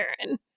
Aaron